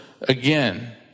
again